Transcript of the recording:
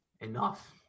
Enough